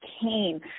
came